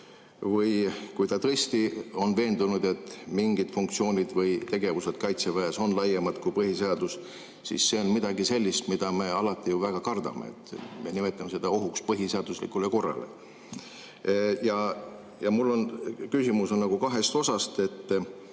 või kui ta tõesti on veendunud, et mingid funktsioonid või tegevused Kaitseväes on laiemad kui põhiseadus, siis see on midagi sellist, mida me alati ju väga kardame. Me nimetame seda ohuks põhiseaduslikule korrale. Mu küsimus on kaheosaline.